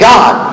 God